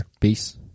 Peace